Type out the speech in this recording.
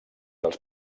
dels